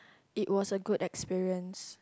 it was a good experience